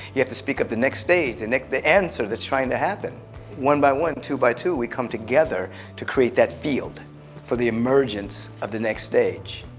you have to speak of the next stage and nick the answer they're trying to happen one by one two by two we come together to create that field for the emergence of the next stage